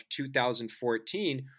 2014